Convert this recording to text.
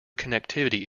connectivity